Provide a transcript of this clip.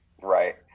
Right